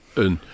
een